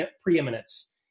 preeminence